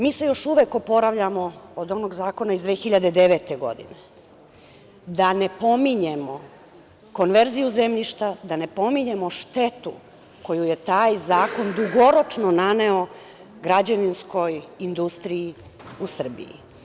Mi se još uvek oporavljamo od onog zakona iz 2009. godine, a da ne pominjemo konverziju zemljišta, da ne pominjemo štetu koju je taj zakon dugoročno naneo građevinskoj industriji u Srbiji.